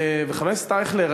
וחבר הכנסת אייכלר,